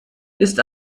ist